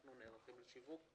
אנחנו נערכים לשיווק,